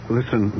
Listen